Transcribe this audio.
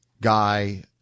guy